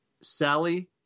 Sally